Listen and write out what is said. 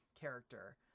character